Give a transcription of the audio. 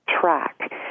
track